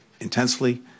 intensely